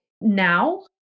now